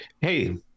Hey